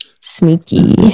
Sneaky